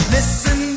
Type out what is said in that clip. Listen